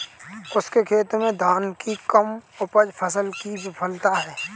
उसके खेत में धान की कम उपज फसल की विफलता है